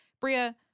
Bria